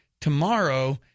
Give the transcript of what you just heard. tomorrow